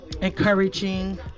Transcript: encouraging